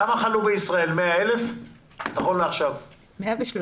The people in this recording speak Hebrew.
כמה חלו בישראל נכון לעכשיו, 100,000?